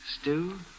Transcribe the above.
Stew